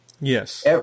yes